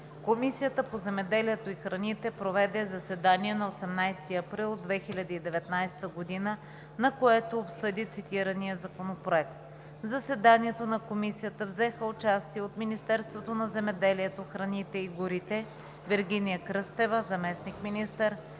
Комисията по земеделието и храните проведе заседание на 18 април 2019 г., на което обсъди цитирания законопроект. В заседанието на Комисията взеха участие от Министерството на земеделието, храните и горите: Вергиния Кръстева – заместник-министър,